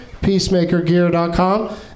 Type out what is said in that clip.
PeacemakerGear.com